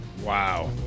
Wow